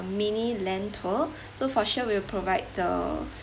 mini land tour so for sure will provide the